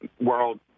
world